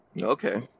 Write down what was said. Okay